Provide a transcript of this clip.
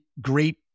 Great